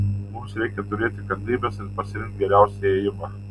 mums reikia turėti kantrybės ir pasirinkti geriausią ėjimą